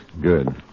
Good